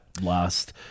last